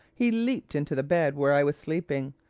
he leaped into the bed where i was sleeping,